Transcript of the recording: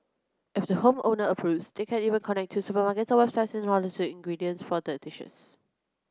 if the home owner approves they can even connect to supermarkets or websites to order the ingredients for the dishes